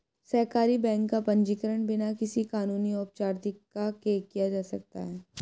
सहकारी बैंक का पंजीकरण बिना किसी कानूनी औपचारिकता के किया जा सकता है